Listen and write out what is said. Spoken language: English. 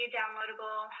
downloadable